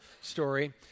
story